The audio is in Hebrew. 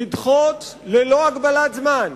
לדחות ללא הגבלת זמן,